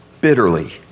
bitterly